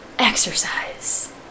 exercise